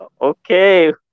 Okay